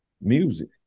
music